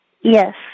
Yes